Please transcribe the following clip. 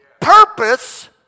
purpose